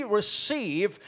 receive